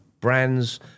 Brands